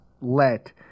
let